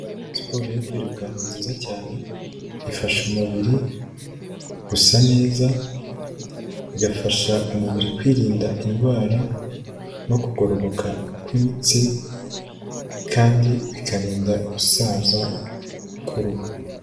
Siporo yo kwiruka ni nziza cyane, ifasha umubiri gusa neza, igafasha umubiri kwirinda indwara no kugororoka kw'imitsi kandi bikarinda gusaza k'uruhu.